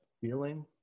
feeling